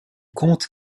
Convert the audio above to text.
compte